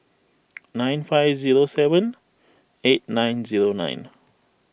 nine five zero seven eight nine zero nine